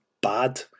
bad